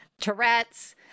Tourette's